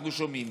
אנחנו שומעים,